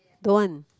don't want